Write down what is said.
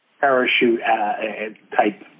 parachute-type